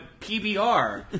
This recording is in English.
PBR